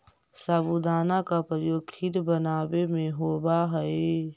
साबूदाना का प्रयोग खीर बनावे में होवा हई